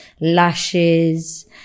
lashes